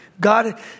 God